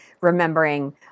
remembering